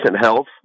health